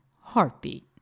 heartbeat